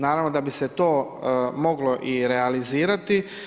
Naravno da bi se to moglo i realizirati.